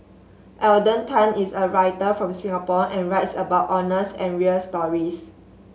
Alden Tan is a writer from Singapore and writes about honest and real stories